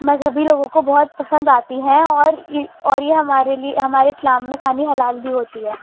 مذہبی لوگوں کو بہت پسند آتی ہیں اور اور یہ ہمارے لیے ہمارے اسلام میں کھانی حلال بھی ہوتی ہے